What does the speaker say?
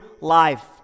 life